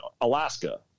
Alaska